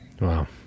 Wow